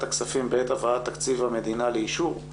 הכספים בעת הבאת תקציב המדינה לאישור,